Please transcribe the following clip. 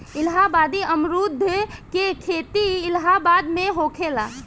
इलाहाबादी अमरुद के खेती इलाहाबाद में होखेला